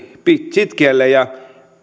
sitkeillä ja